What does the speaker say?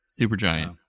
Supergiant